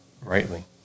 rightly